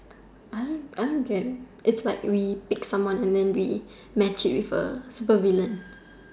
I don't I don't get it it's like when you take someone and then we match it with a super villain